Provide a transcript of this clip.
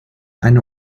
eine